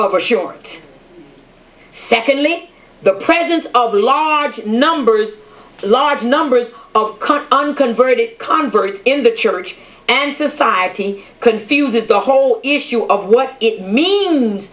of a short secondly the presence of large numbers large numbers of unconverted converts in the church and society confuses the whole issue of what it means